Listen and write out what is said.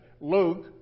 Luke